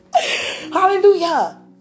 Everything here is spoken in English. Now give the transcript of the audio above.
Hallelujah